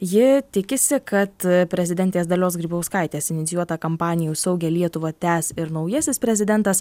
ji tikisi kad prezidentės dalios grybauskaitės inicijuotą kampaniją už saugią lietuvą tęs ir naujasis prezidentas